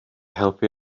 helpu